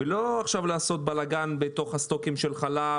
ולא עכשיו לעשות בלגן בסטוקים של חלב